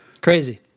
Crazy